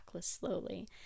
slowly